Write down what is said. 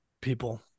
people